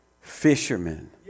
fishermen